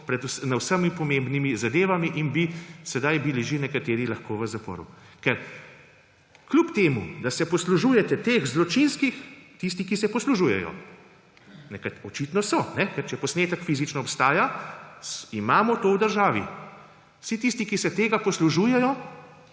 na vsemi pomembni zadevami in bi sedaj bili že nekateri lahko v zaporu. Ker kljub temu da se poslužujete teh zločinskih − tisti, ki se poslužujejo. Očitno se, ker če posnetek fizično obstaja, imamo to v državi. Vsem tistim, ki se tega poslužujejo,